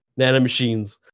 Nanomachines